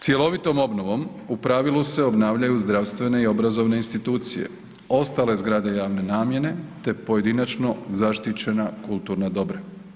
Cjelovitom obnovom u pravilu se obnavljaju zdravstvene i obrazovne institucije, ostale zgrade javne namjene, te pojedinačno zaštićena kulturna dobra.